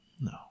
no